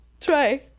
try